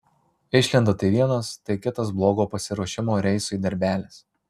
išlenda tai vienas tai kitas blogo pasiruošimo reisui darbelis